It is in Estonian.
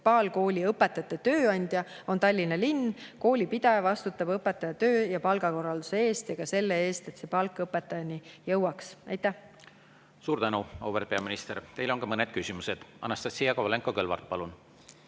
munitsipaalkoolide õpetajate tööandja on Tallinna linn. Koolipidaja vastutab õpetajate töö‑ ja palgakorralduse eest ja ka selle eest, et see palk õpetajateni jõuaks. Aitäh! Suur tänu, auväärt peaminister! Teile on mõned küsimused. Anastassia Kovalenko-Kõlvart, palun!